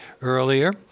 earlier